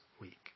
week